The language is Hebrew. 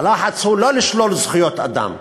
הלחץ הוא לא לשלול זכויות אדם,